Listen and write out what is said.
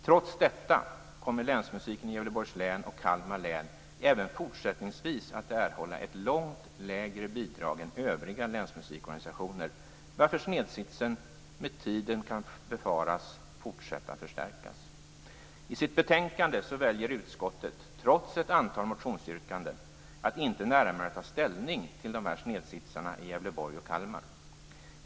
Trots detta kommer Länsmusiken i Gävleborgs län och Kalmar län även fortsättningsvis att erhålla ett mycket lägre bidrag än övriga länsmusikorganisationer, varför snedsitsen med tiden kan befaras förstärkas ytterligare. I sitt betänkande väljer utskottet, trots ett antal motionsyrkanden, att inte närmare ta ställning till snedsitsarna i Gävleborgs och Kalmar län.